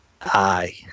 Aye